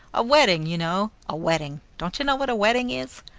a wedding, you know a wedding. don't you know what a wedding is?